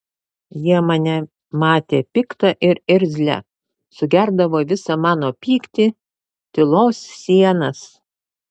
jie mane matė piktą ir irzlią sugerdavo visą mano pyktį tylos sienas